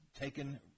taken